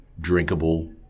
drinkable